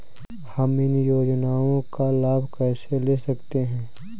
हम इन योजनाओं का लाभ कैसे ले सकते हैं?